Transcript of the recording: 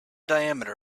diameter